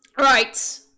right